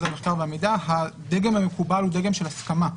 המחקר והמידע זה שהדגם המקובל הוא דגם של הסכמה,